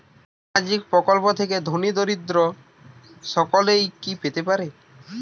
সামাজিক প্রকল্প থেকে ধনী দরিদ্র সকলে কি পেতে পারে?